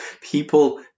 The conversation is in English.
people